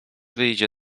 zawsze